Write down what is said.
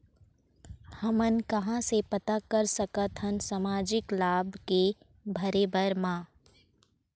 हमन कहां से पता कर सकथन सामाजिक लाभ के भरे बर मा?